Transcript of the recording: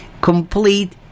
complete